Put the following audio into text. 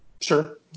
Sure